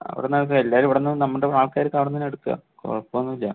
അവിടുന്നൊക്കെ എല്ലാവരും അവിടുന്ന് നമ്മുടെ ആൾക്കാരൊക്കെ അവിടുന്ന് തന്നെയാണ് എടുക്കുക കുഴപ്പമൊന്നുമില്ല